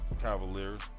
Cavaliers